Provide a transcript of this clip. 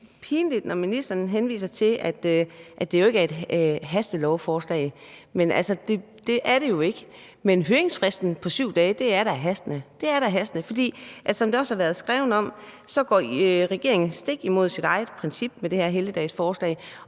lidt pinligt, når ministeren henviser til, at det ikke er et hastelovforslag, og det er det jo ikke, men høringsfristen på 7 dage er da hastende. For som der også har været skrevet om, går regeringen stik imod sit eget princip med det her helligdagsforslag,